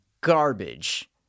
garbage